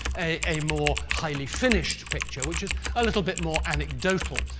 a more highly-finished picture which is a little bit more anecdotal.